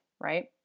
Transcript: right